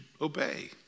obey